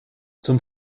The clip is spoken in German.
zum